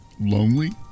lonely